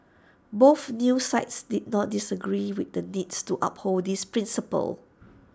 both news sites did not disagree with the needs to uphold this principle